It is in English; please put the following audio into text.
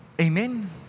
Amen